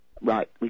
Right